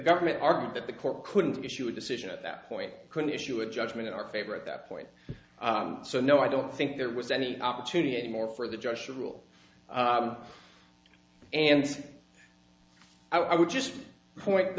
government argued that the court couldn't issue a decision at that point couldn't issue a judgment in our favor at that point so no i don't think there was any opportunity anymore for the gestural and i would just point